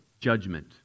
judgment